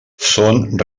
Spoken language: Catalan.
són